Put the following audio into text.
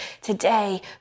today